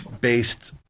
based